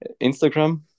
Instagram